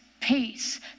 peace